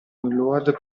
download